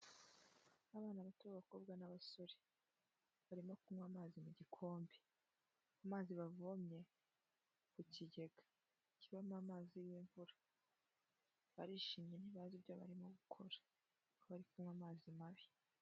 Abana bato b'abakobwa n'abasore barimo kunywa amazi mu gikombe, amazi bavomye ku kigega kibamo amazi y'imvura barishimye ntibazi ibyo barimo gukora, bari kunywa amazi mabi.